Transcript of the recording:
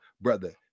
brother